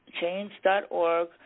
change.org